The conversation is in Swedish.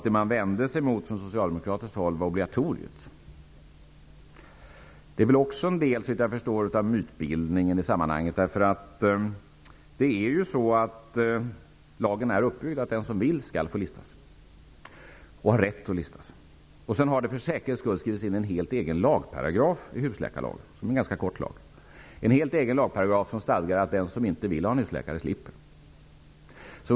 Det man från socialdemokratiskt håll vände sig mot var obligatoriet. Det är också en del av mytbildningen i sammanhanget, därför att lagen är uppbyggd så, att den som vill skall få och har rätt att lista sig. För säkerhets skull har det skrivits in en helt egen lagparagraf i husläkarlagen, som är en ganska kort lag. Det är en lagparagraf som stadgar att den som inte vill ha en husläkare slipper det.